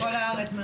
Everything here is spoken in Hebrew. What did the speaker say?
כל הארץ.